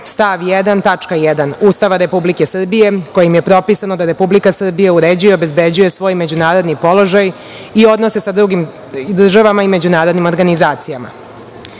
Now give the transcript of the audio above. tačka 1) Ustava Republike Srbije kojim je propisano da Republika Srbija uređuje i obezbeđuje svoj međunarodni položaj i odnose sa drugim državama i međunarodnim organizacijama. Stupanjem